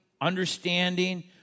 understanding